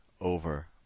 over